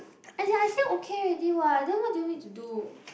as in I say okay already what then what do you want me to do